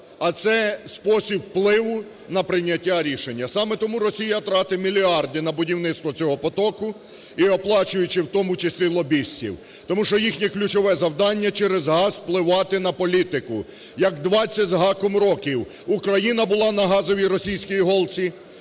а це спосіб впливу на прийняття рішення. Саме тому Росія тратить мільярди на будівництво цього потоку, і оплачуючи, у тому числі лобістів. Тому їхнє ключове завдання – через газ впливати на політику. Як 20 з гаком років Україна була на газовій російській голці